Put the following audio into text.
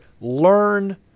Learn